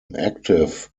active